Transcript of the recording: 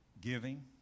giving